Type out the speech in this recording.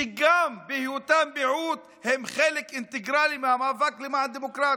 שגם בהיותם מיעוט הם חלק אינטגרלי מהמאבק למען הדמוקרטיה?